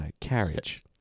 carriage